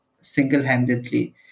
single-handedly